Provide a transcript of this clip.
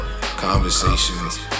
conversations